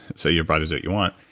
so your body's what you want,